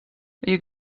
you